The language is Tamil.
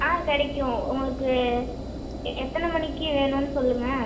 ஆ கிடைக்கும் உங்களுக்கு எ எத்தனை மணிக்கு வேணும்னு சொல்லுங்கள்